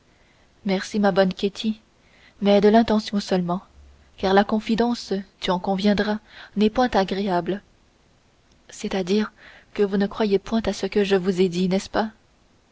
merci ma bonne ketty mais de l'intention seulement car la confidence tu en conviendras n'est point agréable c'est-à-dire que vous ne croyez point à ce que je vous ai dit n'est-ce pas